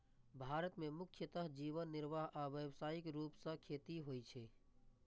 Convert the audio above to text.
भारत मे मुख्यतः जीवन निर्वाह आ व्यावसायिक रूप सं खेती होइ छै